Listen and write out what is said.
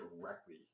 directly